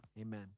amen